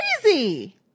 crazy